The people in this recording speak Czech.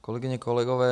Kolegyně, kolegové.